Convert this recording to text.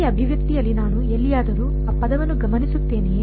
ಈ ಅಭಿವ್ಯಕ್ತಿಯಲ್ಲಿ ನಾನು ಎಲ್ಲಿಯಾದರೂ ಆ ಪದವನ್ನು ಗಮನಿಸುತ್ತೇನೆಯೇ